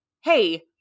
hey